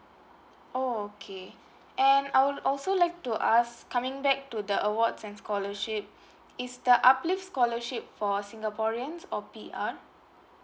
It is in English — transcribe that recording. oh okay and I would also like to ask coming back to the awards and scholarship is the UPLIFT scholarship for singaporeans or P_R